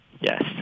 Yes